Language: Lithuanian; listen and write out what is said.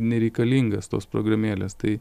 nereikalingas tos programėlės tai